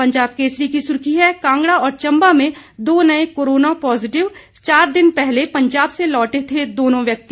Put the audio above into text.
पंजाब केसरी की सुर्खी है कांगड़ा और चंबा में दो नए कोरोना पॉजिटिव चार दिन पहले पंजाब से लौटे थे दोनों व्यक्ति